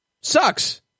sucks